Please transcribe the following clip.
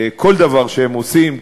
כל דבר שהם עושים,